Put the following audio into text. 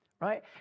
right